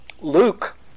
Luke